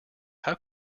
how